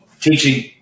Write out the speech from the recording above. teaching